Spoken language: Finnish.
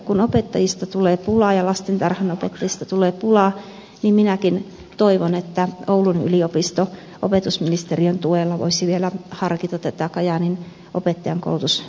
kun opettajista tulee pulaa ja lastentarhanopettajista tulee pulaa niin minäkin toivon että oulun yliopisto opetusministeriön tuella voisi vielä harkita tätä kajaanin opettajankoulutuslaitoksen mahdollista elvyttämistä